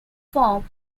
form